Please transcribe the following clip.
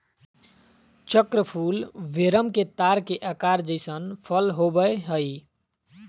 चक्र फूल वेरम के तार के आकार जइसन फल होबैय हइ